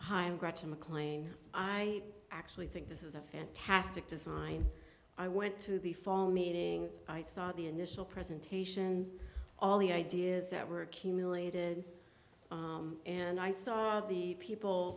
hi i'm gretchen maclean i actually think this is a fantastic design i went to the fall meetings i saw the initial presentations all the ideas that were accumulated and i saw the people